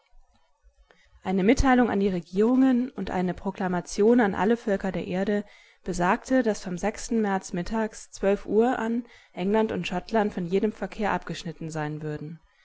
eine mitteilung an die regierungen und eine proklamation an alle völker der erde besagte daß vom sechsten märz mittags zwölf uhr an england und schottland von jedem verkehr abgeschnitten sein würden